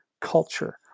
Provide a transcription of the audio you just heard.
culture